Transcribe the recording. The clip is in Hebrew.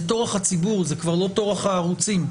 זה טורח הציבור וכבר לא טורח הערוצים.